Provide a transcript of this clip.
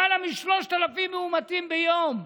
למעלה מ-3,000 מאומתים ביום.